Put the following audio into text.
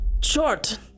short